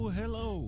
hello